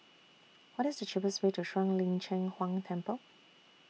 What IS The cheapest Way to Shuang Lin Cheng Huang Temple